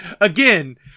again